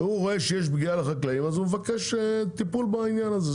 הוא רואה שיש פגיעה לחקלאים אז הוא מבקש טיפול בעניין הזה,